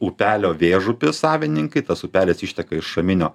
upelio vėžupis savininkai tas upelis išteka iš šaminio